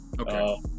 Okay